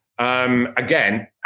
Again